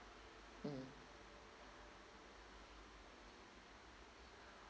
um